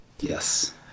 Yes